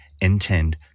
intend